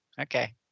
Okay